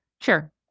Sure